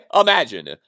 imagine